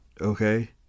Okay